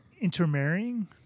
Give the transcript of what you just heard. intermarrying